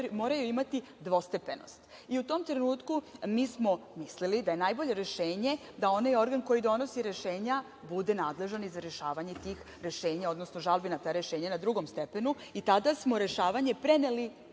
moraju imati dvostepenost. U tom trenutku, mi smo mislili da je najbolje rešenje da onaj organ koji donosi rešenja, bude nadležan i za rešavanje tih rešenja, odnosno žalbi na ta rešenja, na drugom stepenu. Tada smo rešavanje preneli